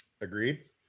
Agreed